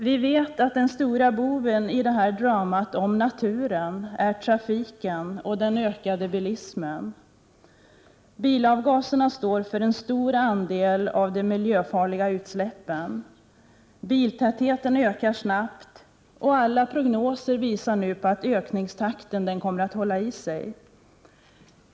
Vi vet att den stora boven i dramat om naturen är trafiken och den ökade bilismen. Bilavgaserna står för en stor andel av de miljöfarliga utsläppen. Biltätheten ökar snabbt, och alla prognoser visar nu på att ökningstakten kommer att hålla i sig.